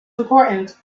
important